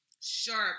Sharp